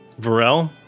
Varel